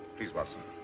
please, watson.